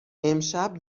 امشب